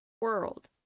world